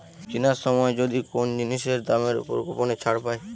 কিনার সময় যদি কোন জিনিসের দামের উপর কুপনের ছাড় পায়